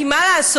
כי מה לעשות?